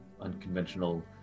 unconventional